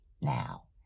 now